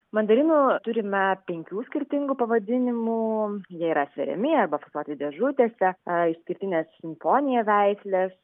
mandarinų turime penkių skirtingų pavadinimų jie yra sveriami arba supakuoti dėžutėse išskirtinė simfonija veislės